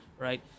right